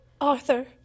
Arthur